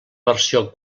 versió